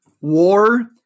War